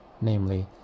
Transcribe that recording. namely